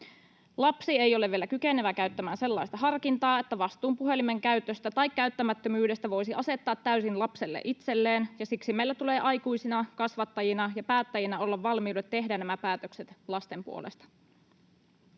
Lapsi ei ole vielä kykenevä käyttämään sellaista harkintaa, että vastuun puhelimen käytöstä tai käyttämättömyydestä voisi asettaa täysin lapselle itselleen, ja siksi meillä tulee aikuisina, kasvattajina ja päättäjinä olla valmiudet tehdä nämä päätökset lasten puolesta.